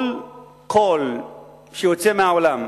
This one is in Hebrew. כל קול שיוצא מהעולם,